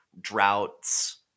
droughts